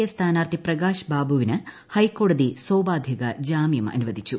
എ് സ്ഥാനാർത്ഥി പ്രകാശ് ബാബുവിന് ന് ഹൈക്കോടതി സോപ്പായിക ജാമ്യം അനുവദിച്ചു